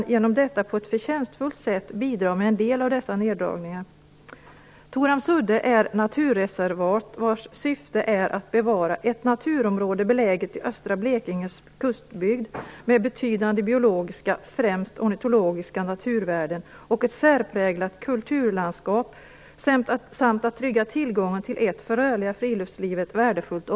Det utgör också ett riksintresse lika väl som Försvaret.